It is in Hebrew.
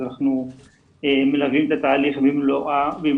כך שאנחנו מלווים את התהליך במלואו.